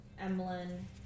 Emlyn